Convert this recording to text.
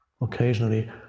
occasionally